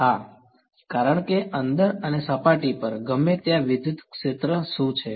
હા કારણ કે અંદર અને સપાટી પર ગમે ત્યાં વિદ્યુત ક્ષેત્ર શું છે